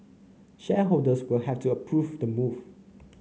shareholders will have to approve the move